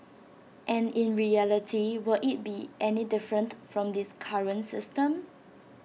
and in reality will IT be any different from this current system